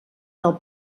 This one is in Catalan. del